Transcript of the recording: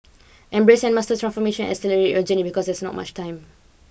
embrace and master transformation and accelerate your journey because there's no much time